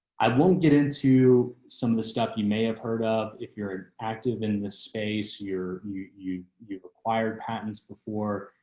i won't get into some of the stuff you may have heard of if you're active in the space you're you you you've acquired patents before,